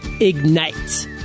Ignite